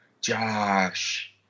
Josh